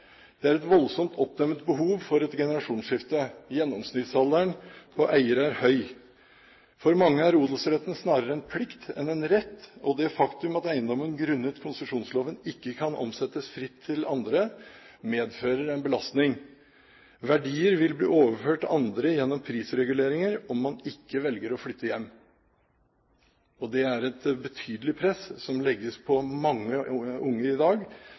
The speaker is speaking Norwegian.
Det er et voldsomt oppdemt behov for et generasjonsskifte. Gjennomsnittsalderen på eiere er høy. For mange er odelsretten snarere en plikt enn en rett, og det faktum at eiendommen grunnet konsesjonsloven ikke kan omsettes fritt til andre, medfører en belastning. Verdier vil bli overført til andre gjennom prisreguleringer om man ikke velger å flytte hjem. Det er et betydelig press som legges på mange unge i dag,